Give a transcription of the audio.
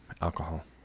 alcohol